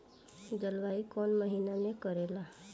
जलवायु कौन महीना में करेला?